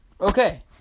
Okay